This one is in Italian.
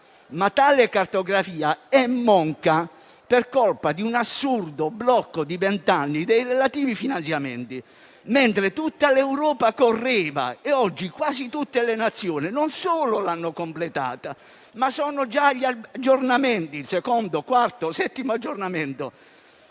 Ma tale cartografia è monca per colpa di un assurdo blocco di vent'anni dei relativi finanziamenti, mentre tutta l'Europa correva e oggi quasi tutte le nazioni non solo l'hanno completata, ma sono già agli aggiornamenti (al secondo, quarto o settimo aggiornamento).